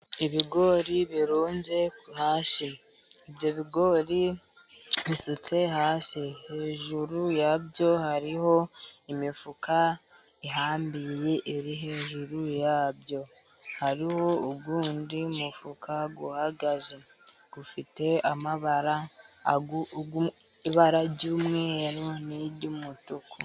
Ibigori birunze hasi, ibyo bigori bisutse hasi, hejuru yabyo hariho imifuka ihambiriye iri hejuru yabyo, hari uwundi mufuka uhagaze ufite amabara, ibara ry'umweru n'iry'umutuku.